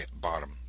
bottom